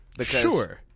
Sure